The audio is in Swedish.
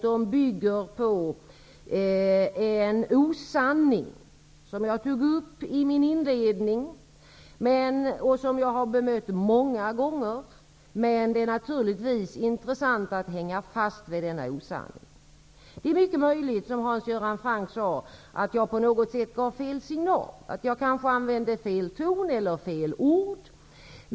De bygger på en osanning, vilket som jag tog upp i mitt inledningsanförande och som jag har bemött många gånger, men det är naturligtvis intressant att hänga fast vid denna osanning. Det är mycket möjligt att jag på något sätt gav fel signal, som Hans Göran Franck sade. Jag använde kanske fel ton eller fel ord.